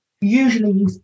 usually